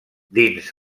dins